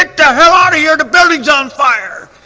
like the hell out of here the building's on fire,